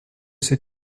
c’est